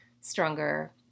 stronger